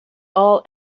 all